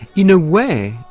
in a way,